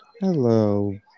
Hello